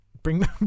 Bring